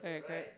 correct correct